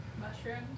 Mushrooms